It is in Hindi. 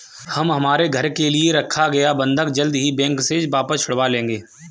हम हमारे घर के लिए रखा गया बंधक जल्द ही बैंक से वापस छुड़वा लेंगे